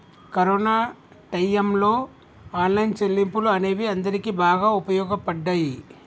corona టైయ్యంలో online చెల్లింపులు అనేవి అందరికీ బాగా వుపయోగపడ్డయ్యి